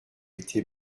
été